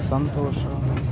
ಸಂತೋಷ